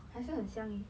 还是很香 eh